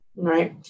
right